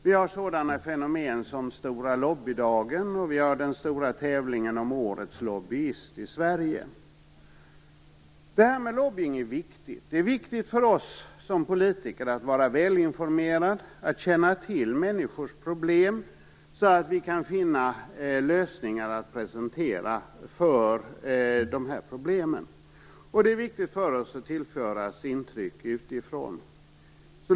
Vi har sådana fenomen som Stora lobbydagen, och vi har den stora tävlingen om årets lobbyist i Sverige. Det här med lobbying är viktigt. Det är viktigt för oss som politiker att vara välinformerade och känna till människors problem så att vi kan finna och presentera lösningar för dessa problem, och det är viktigt att vi tillförs intryck utifrån.